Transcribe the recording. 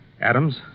Adams